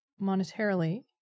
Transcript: monetarily